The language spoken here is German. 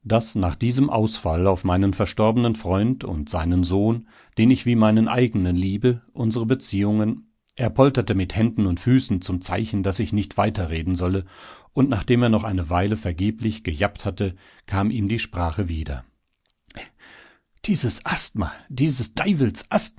nach diesem ausfall auf meinen verstorbenen freund und seinen sohn den ich wie meinen eigenen liebe unsere beziehungen er polterte mit händen und füßen zum zeichen daß ich nicht weiterreden solle und nachdem er noch eine weile vergeblich gejappt hatte kam ihm die sprache wieder dieses asthma dieses